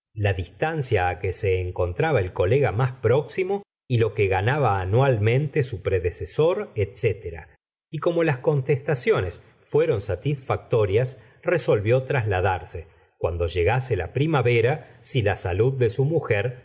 la distancia que se encontraba el colega más próximo y lo que ganaba anualmente su predecesor etc y como las contestaciones fueran satisfactorias resolvió trasladarse cuando llegase la primavera si la salud de su mujer